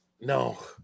No